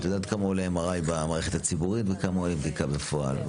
את יודעת כמה עולה MRI במערכת הציבורי וכמה הוא עולה בדיקה בפועל.